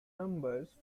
numbers